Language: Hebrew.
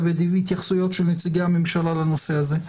התייחסויות של נציגי הממשלה לנושא הזה.